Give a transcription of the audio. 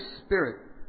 spirit